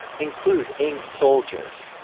includ ing soldiers,